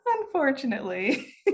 unfortunately